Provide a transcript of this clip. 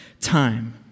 time